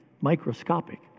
microscopic